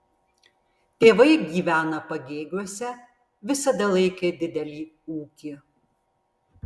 tėvai gyvena pagėgiuose visada laikė didelį ūkį